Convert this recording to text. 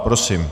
Prosím.